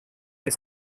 this